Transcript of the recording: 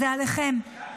זה עליכם.